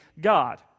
God